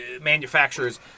manufacturers